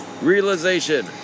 Realization